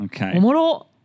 Okay